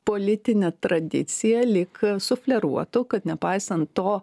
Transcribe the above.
politinė tradicija lyg sufleruotų kad nepaisant to